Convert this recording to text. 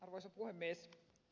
arvoisa puhemies